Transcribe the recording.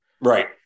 Right